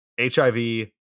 HIV